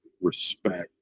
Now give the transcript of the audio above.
respect